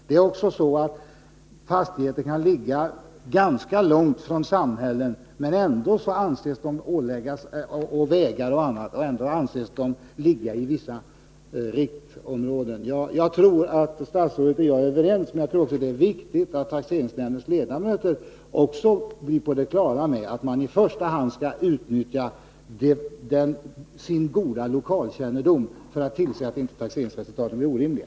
Det är också så att fastigheter kan ligga ganska långt från samhällen, vägar och annat, men ändå anses höra till vissa riktområden. Jag tror att statsrådet och jag är överens, men jag tror också att det är viktigt att taxeringsnämndernas ledamöter blir på det klara med att man i första hand skall utnyttja sin goda lokalkännedom för att tillse att inte taxeringsresultaten blir orimliga.